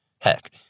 Heck